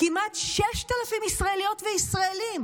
כמעט 6,000 ישראליות וישראלים,